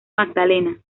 magdalena